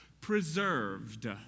preserved